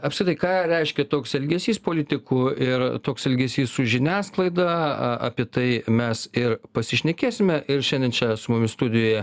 apskritai ką reiškia toks elgesys politikų ir toks elgesys su žiniasklaida apie tai mes ir pasišnekėsime ir šiandien čia su mumis studijoje